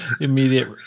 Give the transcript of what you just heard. Immediate